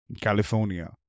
California